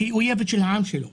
שהיא אויבת של העם שלו.